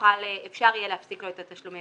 וראוי שתעשו חשבון נפש,